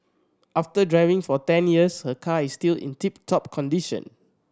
after driving for ten years her car is still in tip top condition